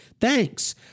Thanks